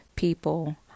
people